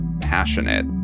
passionate